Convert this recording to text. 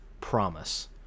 promise